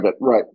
Right